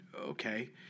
okay